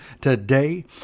today